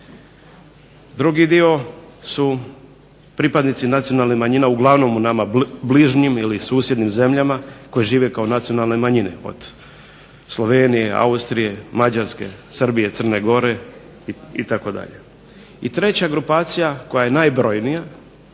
Drugi dio su pripadnici nacionalnih manjina uglavnom u nama bližnjim ili susjednim zemljama koji žive kao nacionalne manjine, od Slovenije, Austrije, Mađarske, Srbije, Crne Gore itd. I treća grupacija koja je najbrojnija,